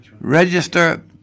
Register